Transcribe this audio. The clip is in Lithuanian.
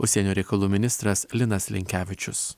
užsienio reikalų ministras linas linkevičius